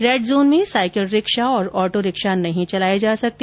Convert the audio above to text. red zone में cycle rickshaw और auto rickshaw नहीं चलाए जा सकते